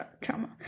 trauma